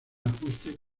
ajuste